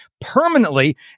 permanently